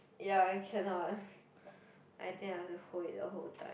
ya I cannot I think I have to hold it the whole time